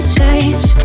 change